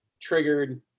triggered